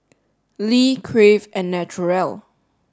lee Crave and Naturel